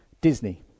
Disney